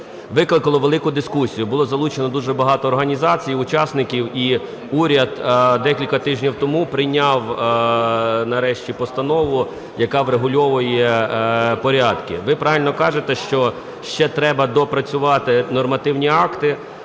виклало велику дискусію, було залучено багато організацій учасників. І уряд декілька тижні тому прийняв нарешті постанову, яка врегульовує порядки. Ви правильно кажете, що ще треба доопрацювати нормативні акти,